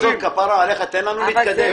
עזוב, כפרה עליך, תן לנו להתקדם.